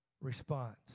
response